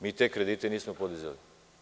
Mi te kredite nismo podizali.